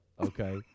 okay